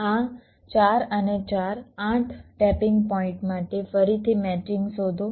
આ 4 અને 4 8 tapping point માટે ફરીથી મેચિંગ શોધો